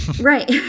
right